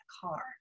car